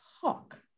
talk